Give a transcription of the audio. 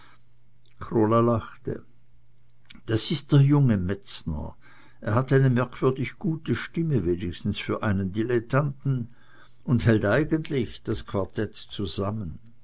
krola lachte das ist der junge metzner er hat eine merkwürdig gute stimme wenigstens für einen dilettanten und hält eigentlich das quartett zusammen